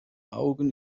augen